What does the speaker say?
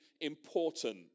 important